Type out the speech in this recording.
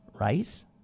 Rice